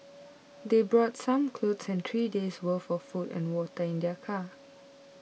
they brought some clothes and three days worth of food and water in their car